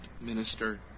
minister